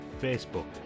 Facebook